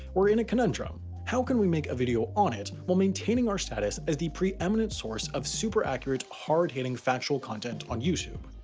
we're in a conundrum how can make a video on it while maintaining our status as the preeminent source of super-accurate, hard-hitting factual content on youtube.